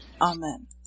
Amen